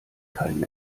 keinen